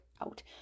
out